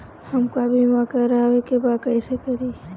हमका बीमा करावे के बा कईसे करी?